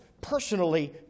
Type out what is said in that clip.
personally